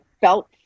felt